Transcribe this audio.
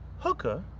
hooker,